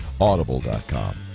Audible.com